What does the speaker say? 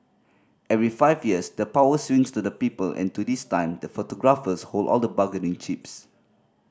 every five years the power swings to the people and to this time the photographers hold all the bargaining chips